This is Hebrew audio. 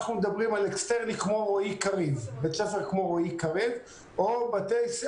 אנחנו מדברים על אקסטרני כמו רועי קריב או ילדים